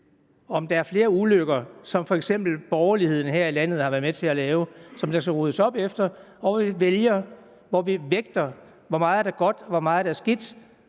om der er flere ulykker, som f.eks. de borgerlige her i landet har været med til at lave, og som der skal ryddes op efter, og hvor vi vægter, hvor meget der er godt, og hvor meget der er skidt,